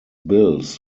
bills